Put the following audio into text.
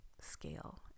scale